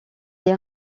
est